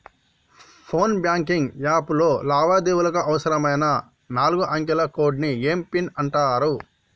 phone banking app లో లావాదేవీలకు అవసరమైన నాలుగు అంకెల కోడ్ని ఏం పిన్ అంటారు